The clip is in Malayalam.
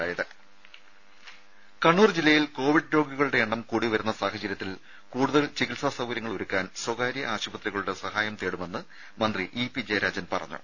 രുമ കണ്ണൂർ ജില്ലയിൽ കോവിഡ് രോഗികളുടെ എണ്ണം കൂടി വരുന്ന സാഹചര്യത്തിൽ കൂടുതൽ ചികിൽസാ സൌകര്യങ്ങൾ ഒരുക്കാൻ സ്വകാര്യ ആശുപത്രികളുടെ സഹായം തേടുമെന്ന് മന്ത്രി ഇ പി ജയരാജൻ പറഞ്ഞു